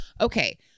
Okay